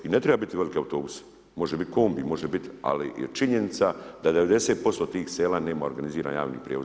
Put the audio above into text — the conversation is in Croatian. I ne treba biti veliki autobus, može biti kombi, može biti, ali je činjenica da 90% tih sela nema organiziran javni prijevoz.